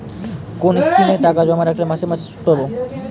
কোন স্কিমে টাকা জমা রাখলে মাসে মাসে সুদ পাব?